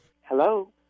Hello